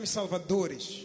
salvadores